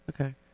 Okay